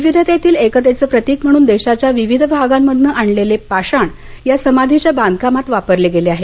विविधतेतील एकतेचं प्रतीक म्हणून देशाच्या विविध भागांमधून आणलेले पाषाण या समाधीच्या बांधकामात वापरले आहेत